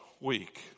week